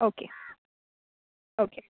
okay okay